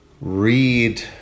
Read